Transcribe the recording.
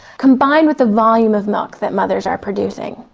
combined with the volume of milk that mothers are producing,